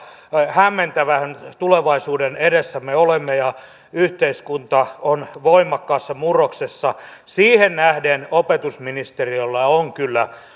hämmentävän tulevaisuuden edessä me olemme ja yhteiskunta on voimakkaassa murroksessa siihen nähden opetusministeriöllä on kyllä